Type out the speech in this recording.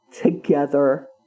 together